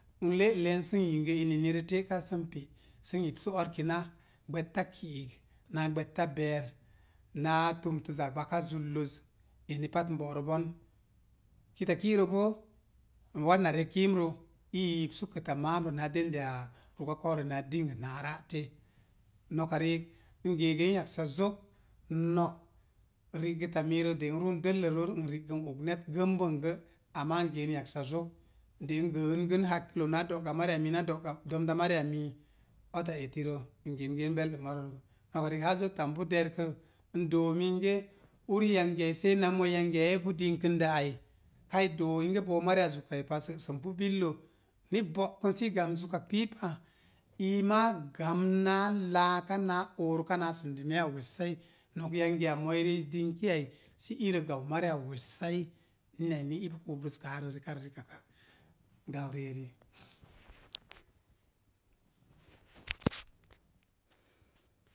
N le'len sə n yinge innirə te'ka sə n pe’ ár kina, gbəta ki naa gbəta be̱e̱r na̱a̱ tumtuma gbaka zukoz eni pat n go'ro gon, kita kirə bo wáz na rək kiimrə. ii i yipsu kəta ma̱a̱mrət naa dendiya ru'ka ko̱o̱urou naa dingət, na̱a̱ rá'tə noka riꞌik n geegen yaksan zok, nok rigəta miirə n ruun dəllət root n rigə n og net gəngbəng gə ama n ge̱e̱n yaksa zók de’ n gəən gən hakilo na do'gamariya mii otta etirə n gəəngən bəlɗim a og haa zotta npu derkrə n doo mingə uriyangiya i seei na moi yangiya ipu dnikin də ai kai doo ln ge boo mariya zukai pai sə'səm pu billə. Ni bo'kən sə i gamn zukak piipa, iima gamn náá laaka náá oruka naa sundumeya wessai, no̱k yangiya moirə i dingki ai irə gau mariya wessai ina eni ipu kubruskáá rə rikak rikakak gau ri eri.